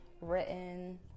written